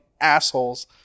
assholes